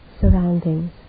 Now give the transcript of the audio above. surroundings